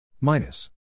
Minus